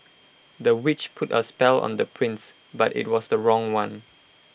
the witch put A spell on the prince but IT was the wrong one